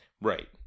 right